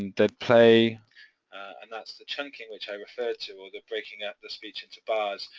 they'd play and that's the chunking which i referred to or the breaking up the speech into bars,